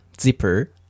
Zipper